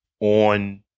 on